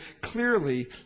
clearly